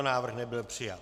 Návrh nebyl přijat.